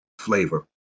flavor